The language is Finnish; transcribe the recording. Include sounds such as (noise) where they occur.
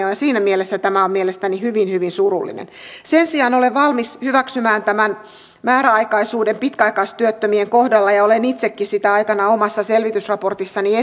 (unintelligible) on ja siinä mielessä tämä on mielestäni hyvin hyvin surullista sen sijaan olen valmis hyväksymään tämän määräaikaisuuden pitkäaikaistyöttömien kohdalla ja olen itsekin sitä aikoinaan omassa selvitysraportissani (unintelligible)